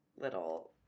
little